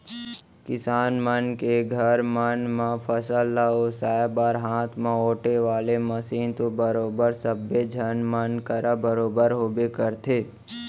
किसान मन के घर मन म फसल ल ओसाय बर हाथ म ओेटे वाले मसीन तो बरोबर सब्बे झन मन करा बरोबर होबे करथे